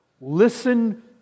Listen